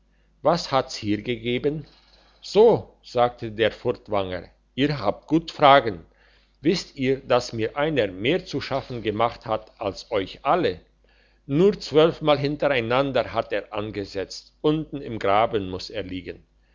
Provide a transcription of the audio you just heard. was hat's hier gegeben so sagt der furtwanger ihr habt gut fragen wisst ihr dass mir einer mehr zu schaffen gemacht hat als euch alle nur zwölfmal hintereinander hat er angesetzt unten im graben muss er liegen